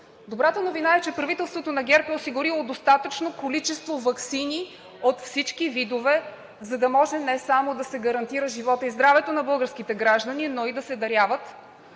Добрата новина е, че правителството на ГЕРБ е осигурило достатъчно количество ваксини от всички видове, за да може не само да се гарантира животът и здравето на българските граждани, но и да се даряват.